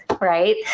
right